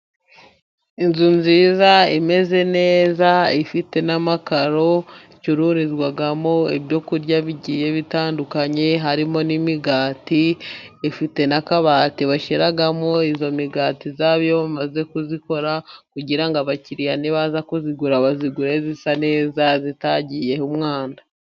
Inzu nziza imeze neza ifite n'amakaro, icururizwamo ibyo kurya bigiye bitandukanye. Harimo n'imigati ifite n'akabati bashyiramo iyo migati yabo iyo bamaze kuyikora, kugira ngo abakiriya baza kuyigura, bayigure isa neza itagiyeho umwanda.